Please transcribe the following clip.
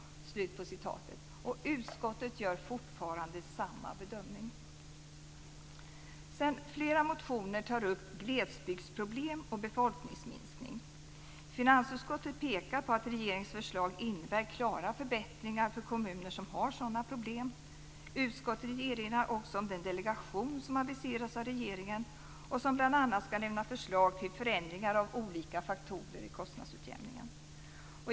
Utskottet gör fortfarande samma bedömning. Flera motioner tar upp glesbygdsproblem och befolkningsminskning. Finansutskottet pekar på att regeringens förslag innebär klara förbättringar för kommuner som har sådana problem. Utskottet erinrar också om den delegation som aviseras av regeringen och som bl.a. skall lämna förslag till förändringar av olika faktorer i kostnadsutjämningen.